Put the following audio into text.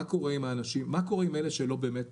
מה קורה עם אלה שלא באמת